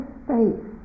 space